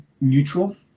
neutral